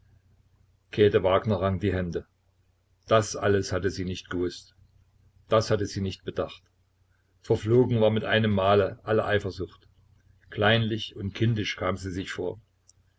käthe wagner rang die hände das alles hatte sie nicht gewußt das hatte sie nicht bedacht verflogen war mit einem male alle eifersucht kleinlich und kindisch kam sie sich vor